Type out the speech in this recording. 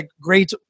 great